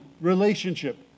relationship